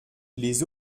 les